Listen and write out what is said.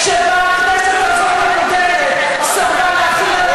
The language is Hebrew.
החוק הזה לא בא להסדיר את היחסים,